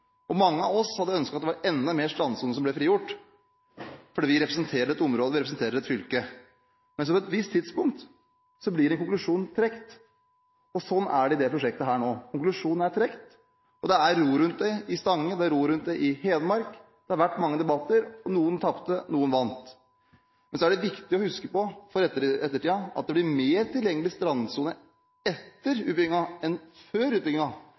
Mange av oss hadde ønsket at det ble frigjort enda mer strandsone – for vi representerer et område, vi representerer et fylke. Men på et visst tidspunkt blir det trukket en konklusjon, og slik er det i dette prosjektet nå: Konklusjonen er trukket, og det er ro rundt dette i Stange, det er ro rundt dette i Hedmark. Det har vært mange debatter, og noen tapte, noen vant. Men så er det viktig å huske på – for ettertiden – at det blir mer tilgjengelig strandsone etter utbyggingen enn før